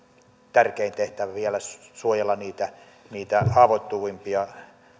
tärkein tehtävä suojella niitä niitä haavoittuvimpia